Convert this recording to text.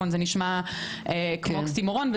זה נשמע כמו אוקסימורון.